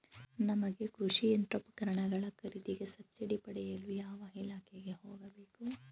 ನಮಗೆ ಕೃಷಿ ಯಂತ್ರೋಪಕರಣಗಳ ಖರೀದಿಗೆ ಸಬ್ಸಿಡಿ ಪಡೆಯಲು ಯಾವ ಇಲಾಖೆಗೆ ಹೋಗಬೇಕು?